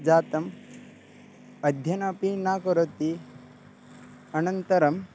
जातः अध्ययनमपि न करोति अनन्तरम्